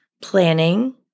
Planning